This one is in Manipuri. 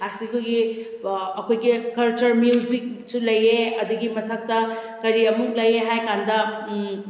ꯑꯁꯤ ꯑꯩꯈꯣꯏꯒꯤ ꯑꯩꯈꯣꯏꯒꯤ ꯀꯜꯆꯔ ꯃ꯭ꯌꯨꯖꯤꯛꯁꯨ ꯂꯩꯌꯦ ꯑꯗꯨꯒꯤ ꯃꯊꯛꯇ ꯀꯔꯤ ꯑꯃꯨꯛ ꯂꯩ ꯍꯥꯏ ꯀꯥꯟꯗ